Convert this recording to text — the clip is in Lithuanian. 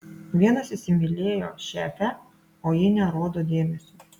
vienas įsimylėjo šefę o ji nerodo dėmesio